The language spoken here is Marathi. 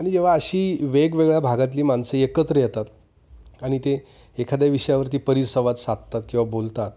आणि जेव्हा अशी वेगवेगळ्या भागातली माणसं एकत्र येतात आणि ते एखाद्या विषयावरती परिसंवाद साधतात किंवा बोलतात